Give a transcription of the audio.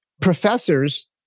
professors